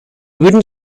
wouldn’t